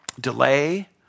delay